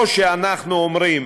אנחנו לא אומרים